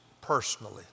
personally